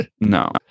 no